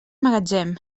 magatzem